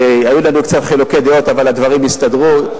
שהיו לנו קצת חילוקי דעות אבל הדברים הסתדרו,